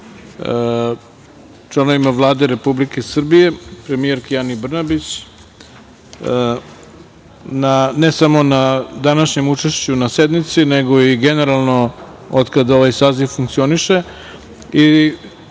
članovima Vlade Republike Srbije, premijerki Ani Brnabić ne samo na današnjem učešću na sednici, nego i generalno od kada ovaj saziv funkcioniše. Mi